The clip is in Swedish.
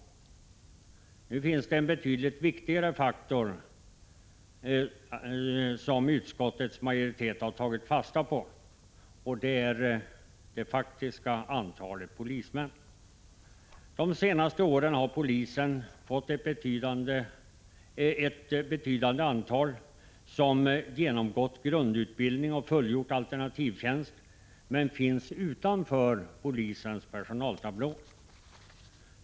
Det finns emellertid en betydligt viktigare faktor som utskottets majoritet tagit fasta på. Det är det faktiska antalet polismän. De senaste åren har ett betydande antal poliser genomgått grundutbildningen och fullgjort alternativtjänst, men de finns utanför polisens personaltablå.